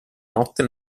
notte